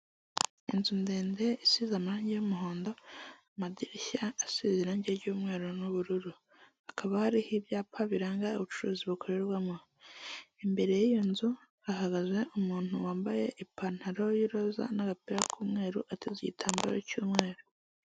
Inzu ndende isize amarangi y'umuhondo, amadirishya asize irangi ry'mweru n'ubururu, hakaba hariho ibyapa biranga ubucuruzi bukorerwamo, imbere y'iyo nzu ahagaze umuntu wambaye ipantaro y' iroza n'agapira k'umweru, ateze igitambaro cy'umweru.